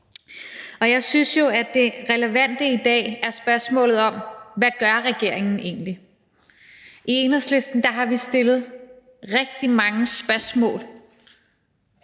Og jeg synes jo, at det relevante i dag er spørgsmålet: Hvad gør regeringen egentlig? I Enhedslisten har vi stillet rigtig mange spørgsmål